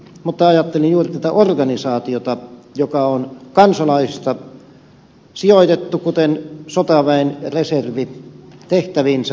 mutta ajattelin juuri tätä organisaatiota joka koostuu kansalaisista ja on sijoitettu kuten sotaväen reservi tehtäviinsä